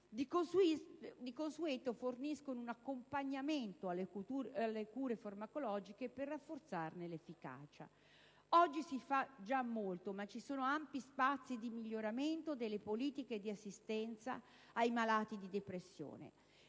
di consueto forniscono un accompagnamento alle cure farmacologiche per rafforzarne l'efficacia. Oggi si fa già molto, ma ci sono ampi spazi di miglioramento delle politiche di assistenza ai malati di depressione.